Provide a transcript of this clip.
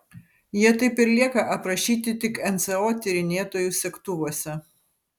jie taip ir lieka aprašyti tik nso tyrinėtojų segtuvuose